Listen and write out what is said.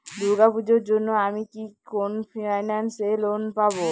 দূর্গা পূজোর জন্য আমি কি কোন ফাইন্যান্স এ লোন পাবো?